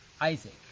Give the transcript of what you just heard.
Isaac